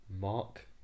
Mark